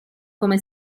come